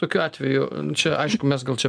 tokiu atveju čia aišku mes gal čia